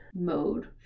mode